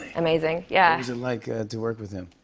amazing yeah like to work with him?